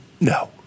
No